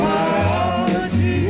Biology